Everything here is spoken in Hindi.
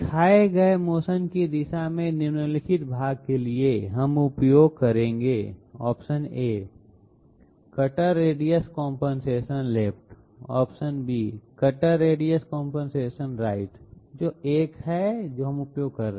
दिखाए गए मोशन की दिशा में निम्नलिखित भाग के लिए हम उपयोग करेंगे क कटर रेडियस कंपनसेशन लेफ्ट और B cutter radius compensation right जो एक है जो हम उपयोग कर रहे हैं